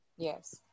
yes